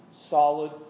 solid